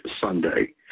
Sunday